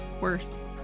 worse